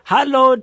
Hello